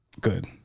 Good